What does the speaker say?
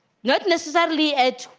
not necessarily adds